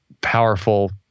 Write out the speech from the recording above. powerful